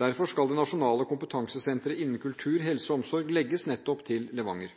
Derfor skal det nasjonale kompetansesenteret innen kultur, helse og omsorg legges nettopp til Levanger.